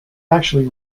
actually